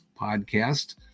podcast